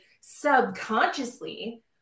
subconsciously